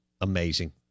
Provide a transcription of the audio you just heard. amazing